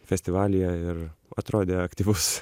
festivalyje ir atrodė aktyvus